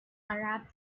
arab